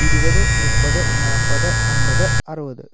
ഇരുപത് മുപ്പത് നാൽപ്പത് അൻപത് അറുപത്